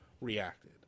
reacted